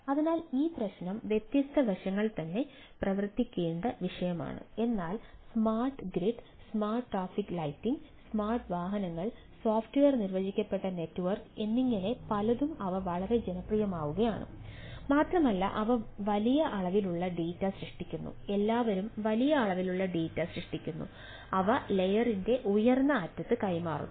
അതിനാൽ ഈ വ്യത്യസ്ത വശങ്ങൾ തന്നെ പ്രവർത്തിക്കേണ്ട വിഷയമാണ് എന്നാൽ സ്മാർട്ട് ഗ്രിഡ് ഉയർന്ന അറ്റത്ത് കൈമാറുന്നു